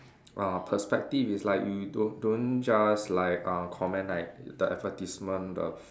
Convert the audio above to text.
uh perspective is like you don't don't just like uh comment like the advertisement the